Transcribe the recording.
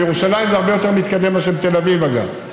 בירושלים זה הרבה יותר מתקדם מאשר בתל אביב, אגב,